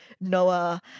Noah